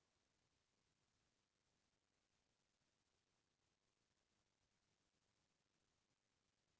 आजकाल परदूसन के सेती मनसे के चूंदी मन बने झरत हें